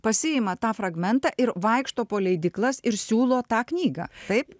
pasiima tą fragmentą ir vaikšto po leidyklas ir siūlo tą knygą taip